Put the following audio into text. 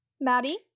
Maddie